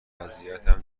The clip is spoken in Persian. وضعیتم